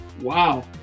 Wow